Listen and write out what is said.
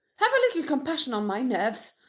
have a little compassion on my nerves.